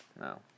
No